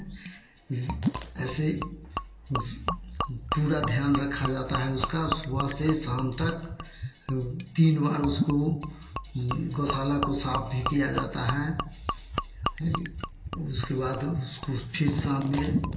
ऐसे पूरा ध्यान रखा जाता है उसका सुबह से शाम तक तीन बार उसको गौशाला को साफ़ किया जाता है हई उसके बाद उसको फिर शाम में